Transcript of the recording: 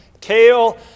Kale